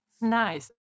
Nice